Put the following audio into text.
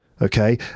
Okay